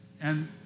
And-